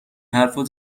حرفها